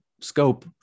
scope